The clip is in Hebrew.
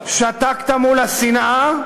שתקת מול השנאה,